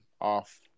off